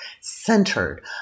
centered